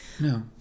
no